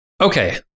Okay